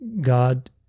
God